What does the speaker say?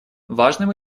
важным